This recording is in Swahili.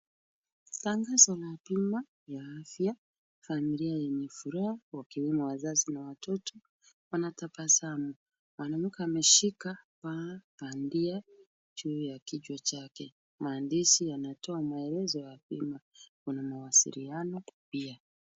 Tangazo la bima ya afya, familia yenye furaha wakiwemo wazazi na watoto, wanatabasamu. Mwanamke ameshika paa bandia juu ya kichwa chake. Maandishi yanatoa maelezo ya bima. Kuna mawasiliano pia.